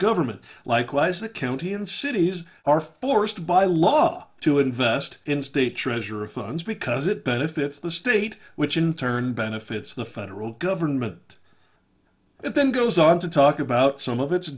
government likewise that county and cities are forced by law to invest in state treasurer of funds because it benefits the state which in turn benefits the federal government it then goes on to talk about some of it